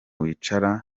wicara